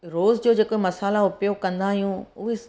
रोज़ जो जेको मसाल्हा उपयोगु कंदा आहियूं उहे